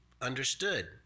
understood